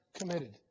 committed